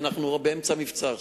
ואנחנו באמצע מבצע עכשיו.